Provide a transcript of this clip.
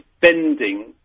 bending